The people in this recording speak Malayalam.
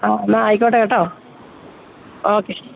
ആ എന്നാൽ ആയിക്കോട്ടെ കേട്ടോ ഓക്കേ